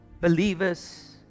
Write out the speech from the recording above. believers